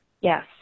Yes